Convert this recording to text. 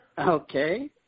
Okay